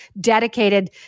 dedicated